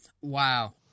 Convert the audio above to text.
Wow